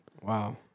Wow